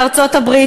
בארצות-הברית,